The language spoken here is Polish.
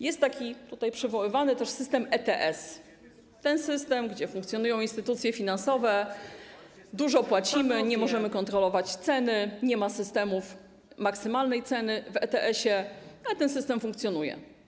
Jest tutaj też przywoływany system ETS, system, w którym funkcjonują instytucje finansowe, dużo płacimy, nie możemy kontrolować ceny, nie ma systemów maksymalnej ceny w ETS, ale ten system funkcjonuje.